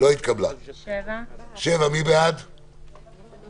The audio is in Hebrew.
הצבעה הרוויזיה לא אושרה.